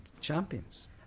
champions